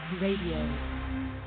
radio